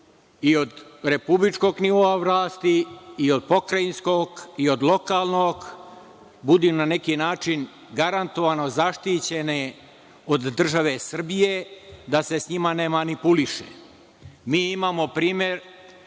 i od republičkog nivoa vlasti i od pokrajinskog i od lokalnog budu na neki način garantovano zaštićene od države Srbije, da se sa njima ne manipuliše. Mi imamo primer